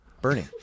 Bernie